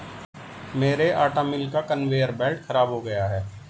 मेरे आटा मिल का कन्वेयर बेल्ट खराब हो गया है